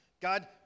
God